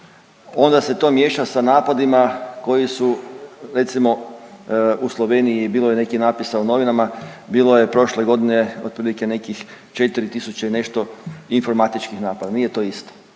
onda se to miješa sa napadima koji su recimo u Sloveniji, bilo je nekih natpisa u novinama. Bilo je prošle godine otprilike nekih 4 tisuće i nešto informatičkih napada. Nije to isto.